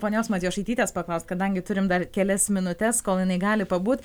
ponios matjošaitytės paklaust kadangi turim dar kelias minutes kol jinai gali pabūt